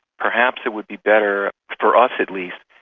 perhaps it would be better, for us at least,